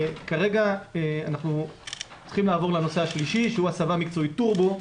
כרגע אנחנו צריכים לעבור לנושא השלישי שהוא הסבה מקצועית טורבו,